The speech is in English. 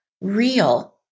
real